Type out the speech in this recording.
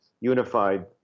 Unified